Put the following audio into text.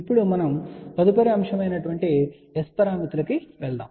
ఇప్పుడు మనము తదుపరి ప్రత్యేక అంశం అయిన S పారామితులకి వెళ్తున్నాము